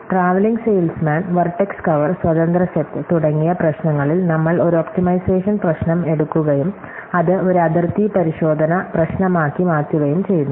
travelling salesman vertex cover സ്വന്തന്ത്ര set തുടങ്ങിയ പ്രശ്നങ്ങളിൽ നമ്മൾ ഒരു ഒപ്റ്റിമൈസേഷൻ പ്രശ്നം എടുക്കുകയും അത് ഒരു അതിർത്തി പരിശോധന പ്രശ്നമാക്കി മാറ്റുകയും ചെയ്തു